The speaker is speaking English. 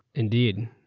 indeed.